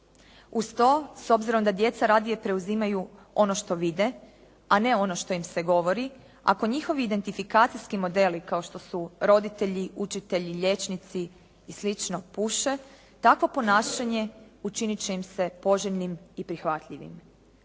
Uz to s obzirom da djeca radije preuzimaju ono što vide a ne ono što im se govori ako njihovi identifikacijski modeli kao što su roditelji, učitelji, liječnici i slično puše takvo ponašanje učinit će im se poželjnim i prihvatljivim.